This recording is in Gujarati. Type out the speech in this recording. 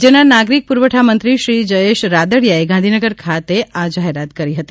રાજ્યના નાગરીક પ્રરવઠામંત્રી શ્રી જયેશ રાદડીયાએ ગાંધીનગર ખાતે આ જાહેરાત કરી હતી